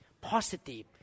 positive